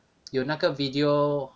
有那个 video